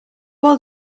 old